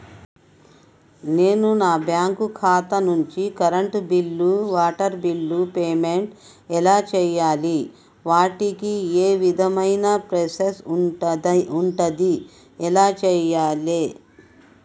నేను నా బ్యాంకు ఖాతా నుంచి కరెంట్ బిల్లో వాటర్ బిల్లో పేమెంట్ ఎలా చేయాలి? వాటికి ఏ విధమైన ప్రాసెస్ ఉంటది? ఎలా చేయాలే?